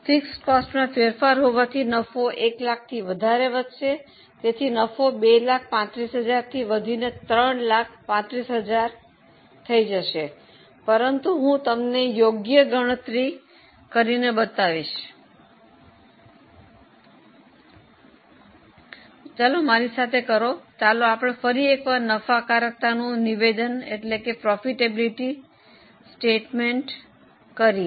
સ્થિર ખર્ચમાં ફેરફાર હોવાથી નફો 100000 થી વધશે તેથી નફો 235000 થી વધીને 335000 થઈ જશે પરંતુ હું તમને યોગ્ય ગણતરી બતાવીશ મારી સાથે કરો ચાલો ફરી એક વાર નફાકારકતાનું નિવેદન કરીએ